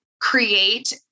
create